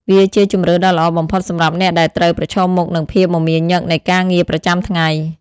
វាជាជម្រើសដ៏ល្អបំផុតសម្រាប់អ្នកដែលត្រូវប្រឈមមុខនឹងភាពមមាញឹកនៃការងារប្រចាំថ្ងៃ។